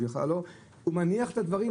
הוא מניח את הדברים,